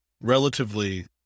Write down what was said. relatively